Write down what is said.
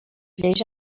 lleis